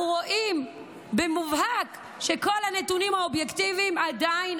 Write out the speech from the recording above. אנחנו רואים במובהק שכל הנתונים האובייקטיביים עדיין,